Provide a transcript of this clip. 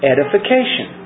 Edification